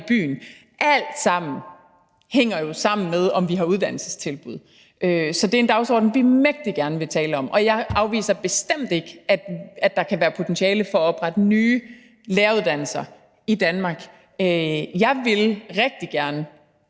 jo alt sammen sammen med, om vi har uddannelsestilbud. Så det er en dagsorden, vi mægtig gerne vil forfølge, og jeg afviser bestemt ikke, at der kan være potentiale for at oprette nye læreruddannelser i Danmark. Jeg vil rigtig gerne,